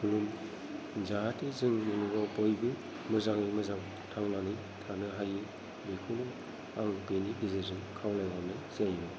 खुलुम जाहाथे जों मुलुगाव बयबो मोजाङै मोजां थांनानै थानो हायो बेखौनो आं बेनि गेजेरजों खावलायहरनाय जायो गोजोनथों